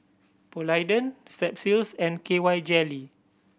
Polident Strepsils and K Y Jelly